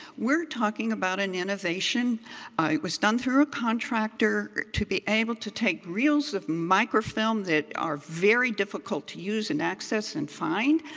we're talking about an innovation it was done through a contractor to be able to take reels of microfilm that are very difficult to use and access and find.